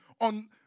on